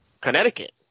Connecticut